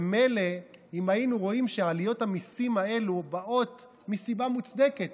ומילא אם היינו רואים שעליות המיסים האלה באות מסיבה מוצדקת.